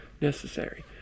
necessary